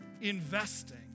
investing